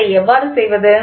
அதை எவ்வாறு செய்வது